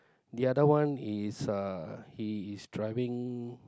the other one is uh he is driving